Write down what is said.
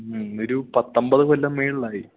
മ്മ് ഒരു പത്തമ്പത് കൊല്ലം മേളിലായി